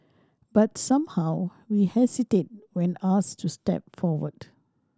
but somehow we hesitate when asked to step forward